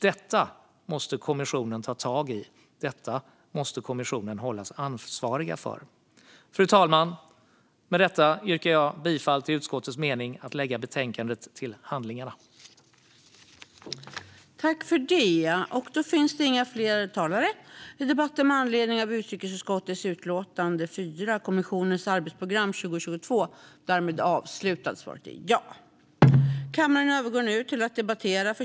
Detta måste kommissionen ta tag i. Detta måste kommissionen hållas ansvarig för. Fru talman! Med detta yrkar jag bifall till utskottets mening om att lägga utlåtandet till handlingarna.